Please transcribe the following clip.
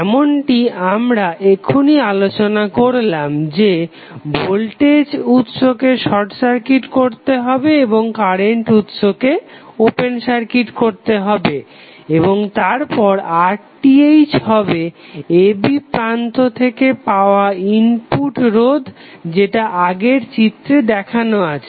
যেমনটি আমরা এখুনি আলোচনা করলাম যে ভোল্টেজ উৎসকে শর্ট সার্কিট করতে হবে এবং কারেন্ট উৎসকে ওপেন সার্কিট করতে হবে এবং তারপর RTh হবে a b প্রান্ত থেকে পাওয়া ইনপুট রোধ যেটা আগের চিত্রে দেখানো আছে